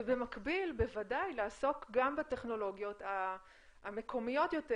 ובמקביל בוודאי לעסוק גם בטכנולוגיות המקומיות יותר